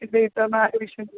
ए ते त न आगमिष्यन्ति